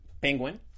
Penguin